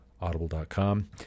audible.com